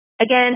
Again